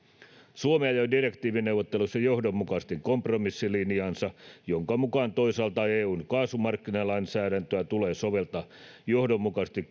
suomi ajoi direktiivineuvotteluissa johdonmukaisesti kompromissilinjaansa jonka mukaan toisaalta eun kaasumarkkinalainsäädäntöä tulee soveltaa johdonmukaisesti